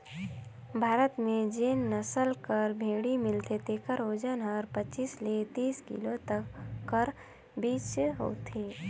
भारत में जेन नसल कर भेंड़ी मिलथे तेकर ओजन हर पचीस ले तीस किलो कर बीच होथे